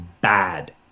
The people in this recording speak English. bad